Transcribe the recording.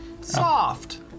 Soft